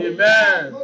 Amen